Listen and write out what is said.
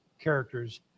characters